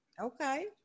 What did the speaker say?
Okay